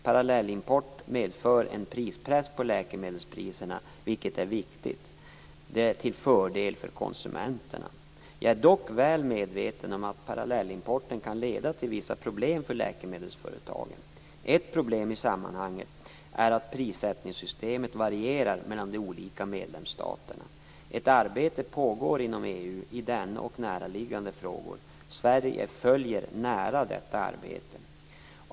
Parallellimport medför en prispress på läkemedelspriserna, vilket är viktigt. Det är till fördel för konsumenterna. Jag är dock väl medveten om att parallellimporten kan leda till vissa problem för läkemedelsföretagen. Ett problem i sammanhanget är att prissättningssystemen varierar mellan de olika medlemsstaterna. Ett arbete pågår inom EU i denna och näraliggande frågor. Sverige följer nära detta arbete.